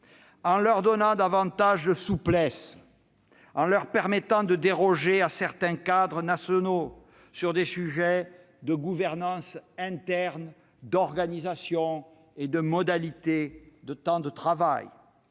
en leur donnant davantage de souplesse : elles doivent pouvoir déroger à certains cadres nationaux sur des questions de gouvernance interne, d'organisation et de modalités de temps de travail.